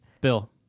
Bill